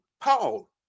Paul